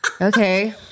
Okay